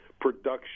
production